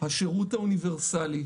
השירות האוניברסלי,